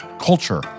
culture